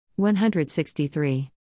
163